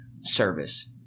service